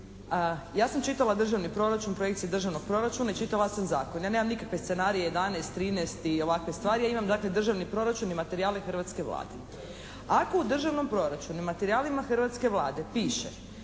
Ja sam čitala državni proračun, projekcije državnog proračuna i čitala sam zakon. Ja nemam nikakve scenarije 11, 13 i ovakve stvari, ja imam državni proračun i materijale hrvatske Vlade. Ako o državnom proračunu u materijalima hrvatske Vlade piše